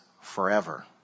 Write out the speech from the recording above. forever